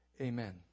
Amen